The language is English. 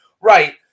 right